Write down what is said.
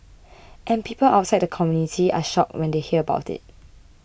and people outside the community are shocked when they hear about it